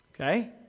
Okay